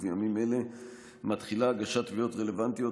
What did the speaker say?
ובימים אלה מתחילה הגשת תביעות רלוונטיות,